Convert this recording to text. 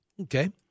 Okay